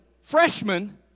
freshman